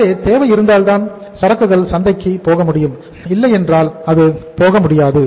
எனவே தேவை இருந்தால்தான் சரக்குகள் சந்தைக்கு போக முடியும் இல்லையென்றால் அது போக முடியாது